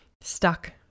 stuck